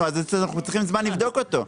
אז אנחנו צריכים זמן לבדוק אותו.